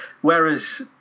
whereas